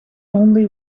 only